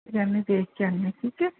ਜਾਂਦੇ ਦੇਖ ਕੇ ਆਉਂਦੇ ਹਾਂ ਠੀਕ ਹੈ